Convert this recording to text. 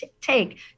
take